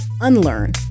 unlearn